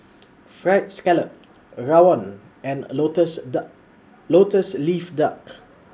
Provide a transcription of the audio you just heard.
Fried Scallop Rawon and Lotus Lotus Leaf Duck